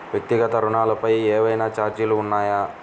వ్యక్తిగత ఋణాలపై ఏవైనా ఛార్జీలు ఉన్నాయా?